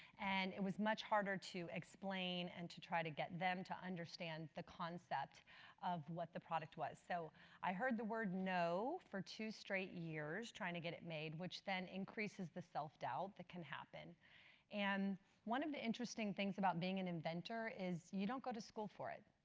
and it was much harder to explain and to try to get them to understand the concept of what the product was. so i heard the word no for two straight years trying to get it made, which then increases the self-doubt that can happen and one of the interesting things about being an inventor is you don't go to school for it.